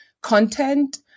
content